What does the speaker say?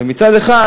ומהצד השני,